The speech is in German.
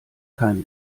keine